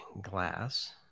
glass